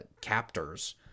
captors